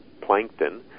plankton